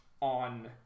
on